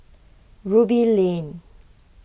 Ruby Lane